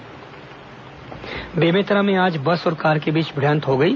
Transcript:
दुर्घटना बेमेतरा में आज बस और कार के बीच भिंड़त हो गई